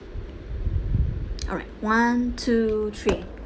alright one two three